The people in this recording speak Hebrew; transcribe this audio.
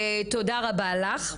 תודה רבה לך.